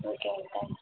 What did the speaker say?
okay ma'am thanks ma'am